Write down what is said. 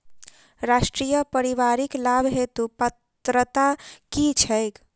राष्ट्रीय परिवारिक लाभ हेतु पात्रता की छैक